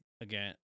again